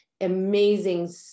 amazing